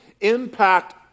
impact